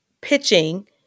pitching